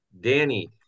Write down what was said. Danny